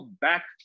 back